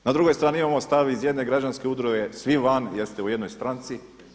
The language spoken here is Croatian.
Na drugoj strani imamo stav iz jedne građanske udruge svi van jer ste u jednoj stranci.